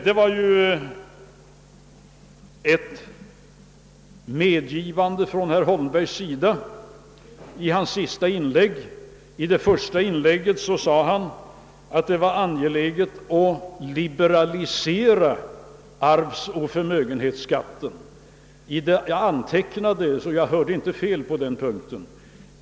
Herr Holmberg gjorde ett medgivande i sitt senaste inlägg. I det första anförandet sade han, att det var angeläget att liberalisera arvsoch förmögenhetsskatten. Jag antecknade, så jag minns inte fel på den punkten.